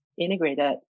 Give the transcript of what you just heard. integrated